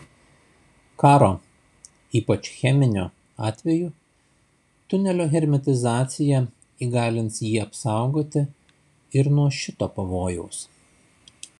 karo ypač cheminio atveju tunelio hermetizacija įgalins jį apsaugoti ir nuo šito pavojaus